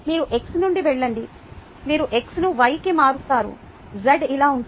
మీరు x నుండి వెళ్ళండి మీరు x ను y కి మారుస్తారు z ఇలా ఉంటుంది